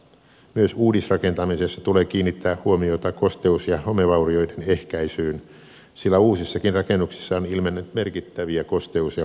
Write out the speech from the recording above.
myös uudisrakentamisessa tulee kiinnittää huomiota kosteus ja homevaurioiden ehkäisyyn sillä uusissakin rakennuksissa on ilmennyt merkittäviä kosteus ja homevaurioita